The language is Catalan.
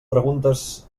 preguntes